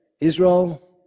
Israel